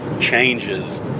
changes